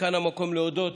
וכאן המקום להודות